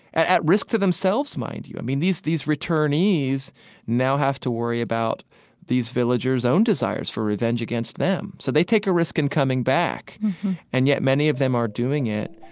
at at risk to themselves, mind you. i mean, these these returnees now have to worry about these villagers' own desires for revenge against against them. so they take a risk in coming back and yet many of them are doing it,